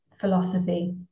philosophy